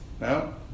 no